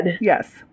Yes